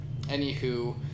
anywho